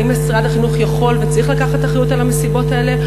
האם משרד החינוך יכול וצריך לקחת אחריות על המסיבות האלה,